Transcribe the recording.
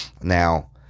Now